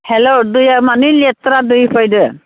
हेल' दैआ मानो लेथ्रा दै फैदो